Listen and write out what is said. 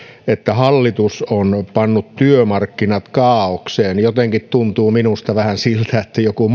että hallitus on pannut työmarkkinat kaaokseen jotenkin minusta tuntuu vähän siltä että joku